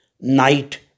night